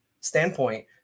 standpoint